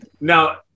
now